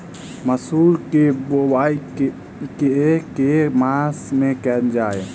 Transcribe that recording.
मसूर केँ बोवाई केँ के मास मे कैल जाए?